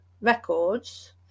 records